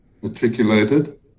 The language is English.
matriculated